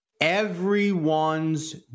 everyone's